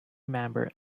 member